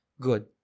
good